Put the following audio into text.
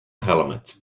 helmet